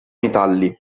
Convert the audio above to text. metalli